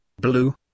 blue